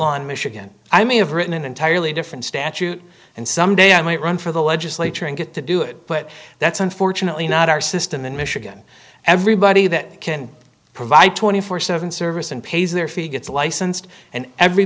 law in michigan i may have written an entirely different statute and someday i might run for the legislature and get to do it but that's unfortunately not our system in michigan everybody that can provide twenty four dollars seventh's service and pays their fee gets licensed and every